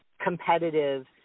competitive